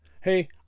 Hey